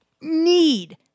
need